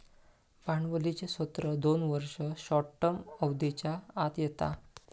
भांडवलीचे स्त्रोत दोन वर्ष, शॉर्ट टर्म अवधीच्या आत येता